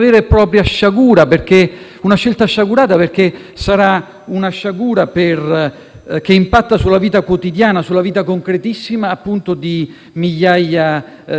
una sciagura che impatterà sulla vita quotidiana e concreta di migliaia di persone. La buona amministrazione significa prendersi cura;